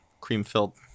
cream-filled